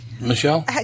michelle